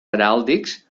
heràldics